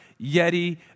Yeti